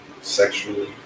sexually